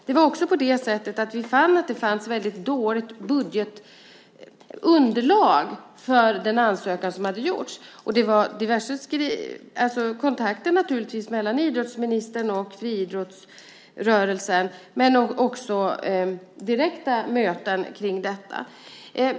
Det var också på det sättet att vi fann att det fanns väldigt dåligt underlag för den ansökan som hade gjorts, och det förekom naturligtvis diverse kontakter mellan idrottsministern och friidrottsrörelsen och även direkta möten kring detta.